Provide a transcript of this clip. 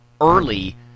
early